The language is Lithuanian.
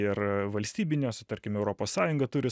ir valstybinuose tarkim europos sąjunga turi